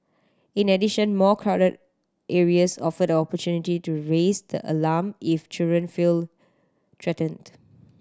in addition more crowded areas offer an opportunity to raise the alarm if children feel threatened